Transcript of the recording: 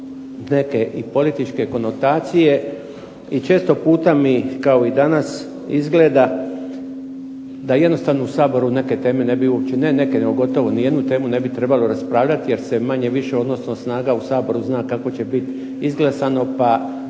neke i političke konotacije i često puta mi kao i danas izgleda da jednostavno u Saboru neke teme ne bi uopće, ne neke nego gotovo nijednu temu ne bi trebalo raspravljati jer se manje-više odnos snaga u Saboru zna kako će bit izglasano